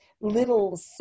little